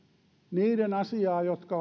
niiden asiaa jotka